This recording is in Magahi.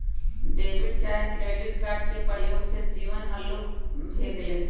डेबिट चाहे क्रेडिट कार्ड के प्रयोग से जीवन हल्लुक भें गेल हइ